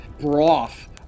broth